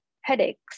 headaches